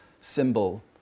symbol